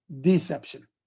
Deception